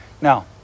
Now